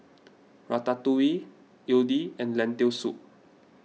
Ratatouille Idili and Lentil Soup